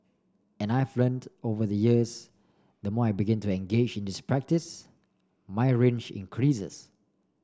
and I've learnt over the years the more I begin to engage in this practice my range increases